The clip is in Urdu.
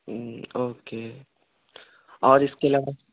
او کے اور اِس کے علاوہ